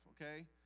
okay